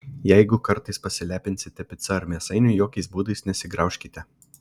jeigu kartais pasilepinsite pica ar mėsainiu jokiais būdais nesigraužkite